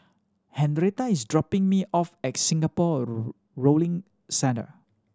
Henretta is dropping me off at Singapore Rowing Centre